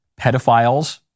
pedophiles